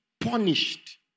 punished